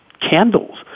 candles